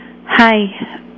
hi